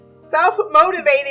Self-motivated